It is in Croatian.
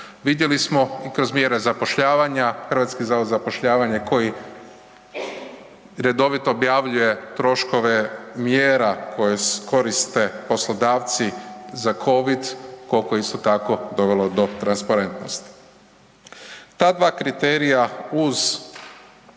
Vidjeli smo i kroz mjere zapošljavanja HZZ koji redovito objavljuje troškove mjera koje koriste poslodavci za Covid, koliko je isto tako dovelo do transparentnosti. Ta dva kriterija uz